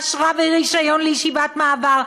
אשרה ורישיון לישיבת מעבר,